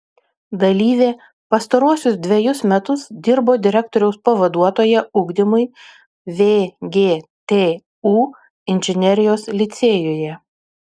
dalyvė pastaruosius dvejus metus dirbo direktoriaus pavaduotoja ugdymui vgtu inžinerijos licėjuje